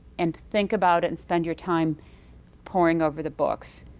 and think about it and spend your time pouring over the books